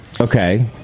Okay